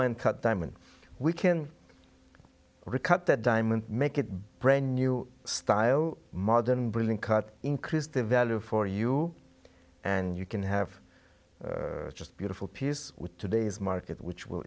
mine cut diamond we can recut that diamond make it brand new style modern bling cut increase the value for you and you can have just beautiful piece with today's market which will